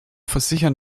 versichern